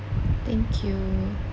thank you